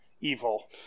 evil